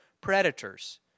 predators